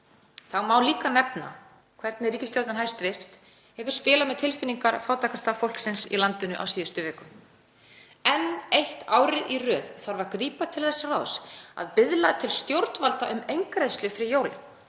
má líka nefna hvernig ríkisstjórnin hefur spilað með tilfinningar fátækasta fólksins í landinu á síðustu vikum. Enn eitt árið í röð þarf að grípa til þess ráðs að biðla til stjórnvalda um eingreiðslu fyrir jólin